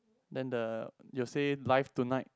then the you say live tonight